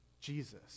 Jesus